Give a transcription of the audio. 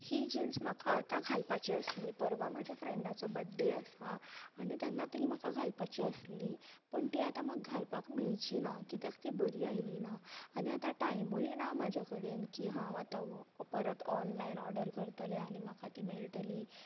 ही jeans आतां म्हाका घालपाची आसली परवा म्हाका फ्रेंडाचो बर्थडे आसा आनी तेन्ना ती म्हाका घालपाची आसली पण ती आता म्हाका घालपाक मेळचीना कित्याक ती बरी आयली ना आता टायमूय ना म्हजे कडेन की हांव आता परत ऑनलायन ऑर्डर करतले आनी म्हाका ती मेळटली